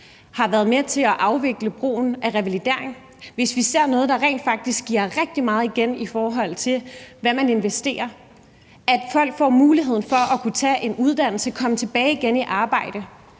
har været med til at afvikle brugen af revalidering? Hvis vi ser noget, der rent faktisk giver rigtig meget igen, i forhold til hvad man investerer – at folk får mulighed for at kunne tage en uddannelse, komme tilbage igen i arbejde